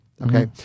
okay